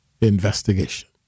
investigation